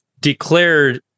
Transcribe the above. declared